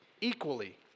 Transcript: equally